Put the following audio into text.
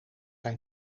hij